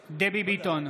בעד דבי ביטון,